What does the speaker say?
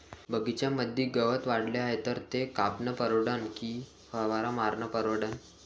बगीच्यामंदी गवत वाढले हाये तर ते कापनं परवडन की फवारा मारनं परवडन?